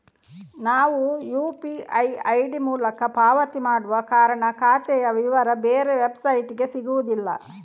ನಾವು UPI ID ಮೂಲಕ ಪಾವತಿ ಮಾಡುವ ಕಾರಣ ಖಾತೆಯ ವಿವರ ಬೇರೆ ವೆಬ್ಸೈಟಿಗೆ ಸಿಗುದಿಲ್ಲ